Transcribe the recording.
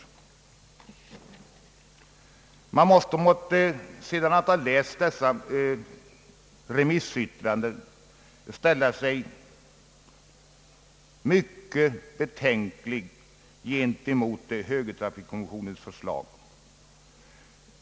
Man måste efter att ha läst dessa remissyttranden ställa sig mycket betänksam gentemot högertrafikkommissionens förslag.